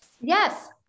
Yes